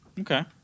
Okay